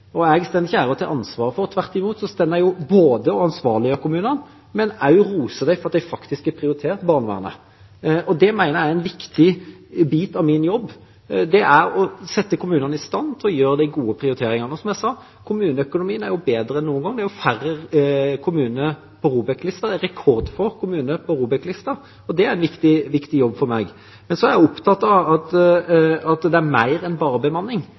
riktig. Jeg står ikke her og tar ansvar for det, tvert imot står jeg jo både og ansvarliggjør kommunene og roser dem for at de faktisk har prioritert barnevernet. Jeg mener det er en viktig bit av min jobb å sette kommunene i stand til å gjøre de gode prioriteringene. Som jeg sa: Kommuneøkonomien er bedre enn noen gang. Det er færre kommuner på ROBEK-lista. Det er rekordfå kommuner på ROBEK-lista. Det er en viktig jobb for meg. Jeg er opptatt av at det er mer enn bare bemanning,